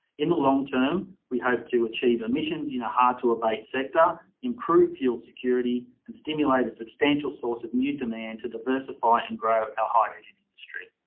in the long term we hope to achieve emissions in a hard to abate sector, improve fuel security and stimulate a substantial source of new demand to diversify and grow our hydrogen industry.